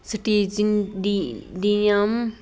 ਸਟੀਚਿੰਗਡੀਡੀਅਮ